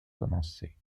commencer